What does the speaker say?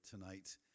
tonight